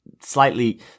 slightly